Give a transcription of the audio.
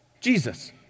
Jesus